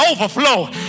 overflow